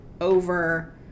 over